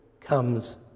comes